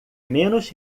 menos